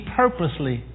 purposely